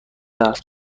درس